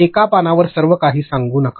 एका पानावर सर्व काही सांगू नका